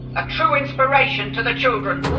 a true inspiration to the children.